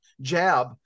jab